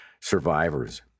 survivors